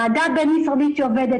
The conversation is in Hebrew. ועדה בין-משרדית שעובדת,